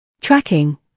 Tracking